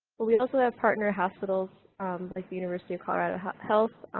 but we also have partner hospitals like the university of colorado health,